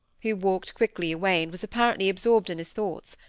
who walked quickly away, and was apparently absorbed in his thoughts,